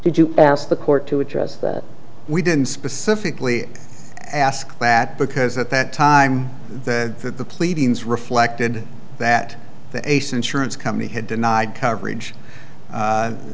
did you ask the court to address that we didn't specifically ask that because at that time the pleadings reflected that the ace insurance company had denied coverage